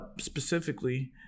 specifically